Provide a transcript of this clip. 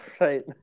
right